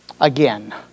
again